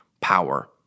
power